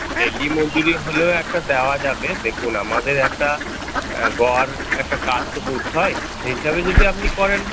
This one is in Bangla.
ডেইলি মজুরি হলেও একটা দেওয়া যাবে দেখুন আমাদের একটা গড় একটা কাজ তো করতে হয় সেই হিসাবে যদি আপনি করেন